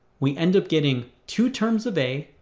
we end up getting two terms of a,